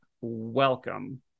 welcome